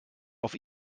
auf